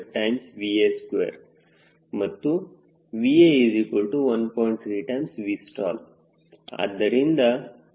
3455VA2 ಮತ್ತು VA1